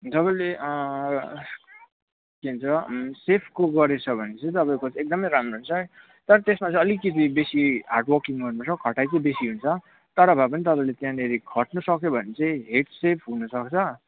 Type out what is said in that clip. तपाईँले के भन्छ सेफको गरेछ भने चाहिँ तपाईँको चाहिँ एकदमै राम्रो छ तर त्यसमा चाहिँ अलिकति बेसी हार्ड वर्किङ गर्नुपर्छ खटाई चाहिँ बेसी हुन्छ तर भए पनि तपाईँको त्याँनिर खट्नु सक्यो भने चाहिँ हेड सेफ हुनुसक्छ